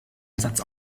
ersatz